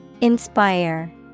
Inspire